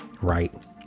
right